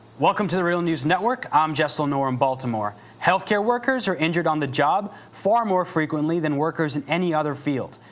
welcome to the real news network. i'm jaisal noor in baltimore. health-care workers are injured on the job far more frequently than workers in any other field.